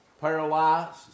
paralyzed